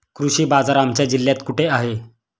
कृषी बाजार आमच्या जिल्ह्यात कुठे आहे?